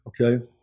Okay